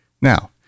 Now